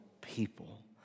people